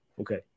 okay